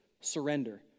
surrender